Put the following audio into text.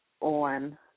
on